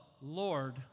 Lord